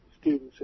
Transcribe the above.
students